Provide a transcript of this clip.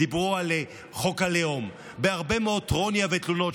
דיברו על חוק הלאום בהרבה מאוד טרוניה ותלונות.